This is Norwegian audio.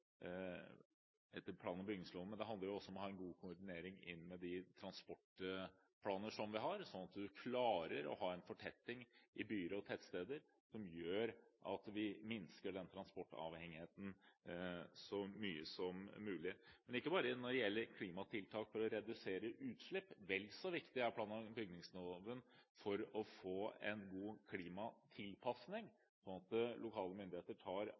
om å ha en god koordinering av de transportplaner vi har, slik at man klarer å foreta en fortetting i byer og tettsteder, som gjør at vi minsker transportavhengigheten så mye som mulig. Ikke bare gjelder dette klimatiltak for å redusere utslipp, vel så viktig er plan- og bygningsloven for å få en god klimatilpasning, slik at lokale myndigheter tar